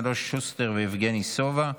אלון שוסטר ויבגני סובה.